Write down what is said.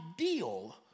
ideal